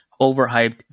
overhyped